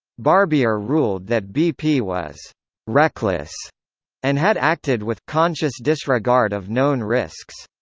barbier ruled that bp was reckless and had acted with conscious disregard of known risks.